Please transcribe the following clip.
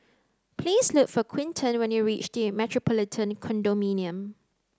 please look for Quinten when you reach The Metropolitan Condominium